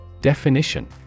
Definition